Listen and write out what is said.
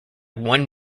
one